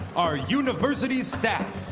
our university staff.